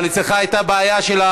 אבל אצלך הייתה בעיה.